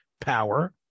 power